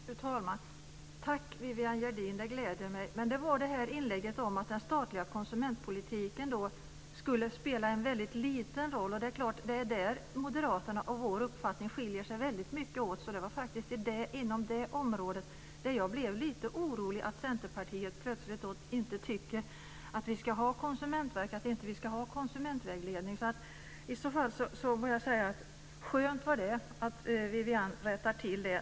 Fru talman! Tack, Vivianne Gerdin, det gläder mig. Men det är tillägget om att den statliga konsumentpolitiken skulle spela en väldigt liten roll som gör att Moderaternas och vår uppfattning skiljer sig väldigt mycket åt. Jag blev faktiskt lite orolig att Centerpartiet plötsligt inte tycker att vi ska ha konsumentverk och konsumentvägledning. Men då får jag säga att det var skönt att Vivann Gerdin rättade till det.